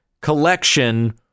collection